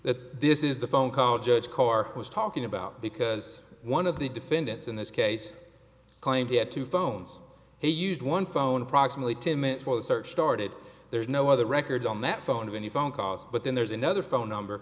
that this is the phone call judge karr was talking about because one of the defendants in this case claimed he had two phones he used one phone approximately ten minutes while the search started there's no other records on that phone of any phone calls but then there's another phone number